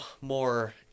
more